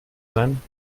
sein